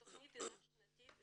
התכנית היא רב שנתית,